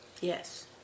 Yes